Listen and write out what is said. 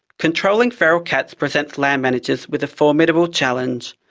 controlling feral cats presents land managers with a formidable challenge,